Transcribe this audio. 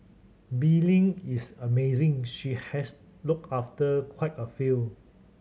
Bee Ling is amazing she has look after quite a few